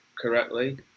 correctly